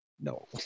No